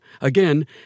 Again